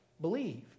believe